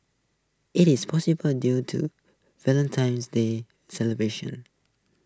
IT is probably due to Valentine's day celebrations